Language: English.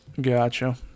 Gotcha